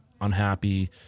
unhappy